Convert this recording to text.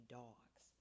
dogs